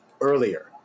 earlier